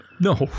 No